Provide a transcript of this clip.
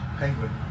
penguin